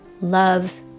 love